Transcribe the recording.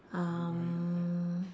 um